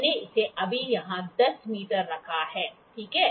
मैंने इसे अभी यहाँ 10 मीटर रखा है ठीक है